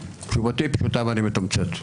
מצוין, אני מודה לך.